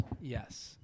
Yes